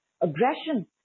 aggression